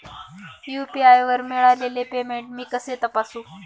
UPI वर मिळालेले payment मी कसे तपासू?